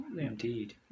indeed